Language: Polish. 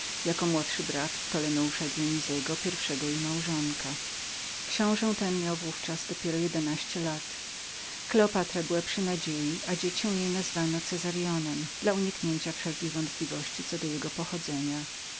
jako młodszy brat ptolomeusza dyonizego pierwszego jej małżonka książe ten miał w ówczas dopiero jedenaście lat kleopatra była przy nadziei i dziecię jej nazwano cezarionem dla uniknięcia wszelkich wątpliwości względem jego pochodzenia